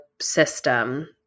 system